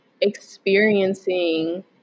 experiencing